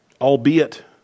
albeit